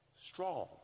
strong